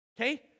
Okay